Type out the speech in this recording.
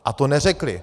A to neřekli.